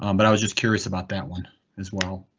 um but i was just curious about that one as well.